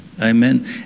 Amen